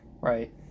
Right